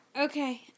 Okay